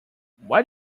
what